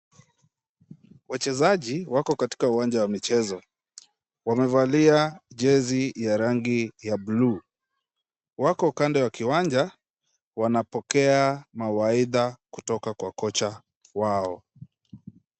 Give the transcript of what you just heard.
Wachezaji wako katika uwanja wa michezo. Wamevalia jezi ya rangi ya blue . Wako kando ya kiwanja wanapokea mawaidha kutoka kwa kocha wao.